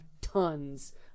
tons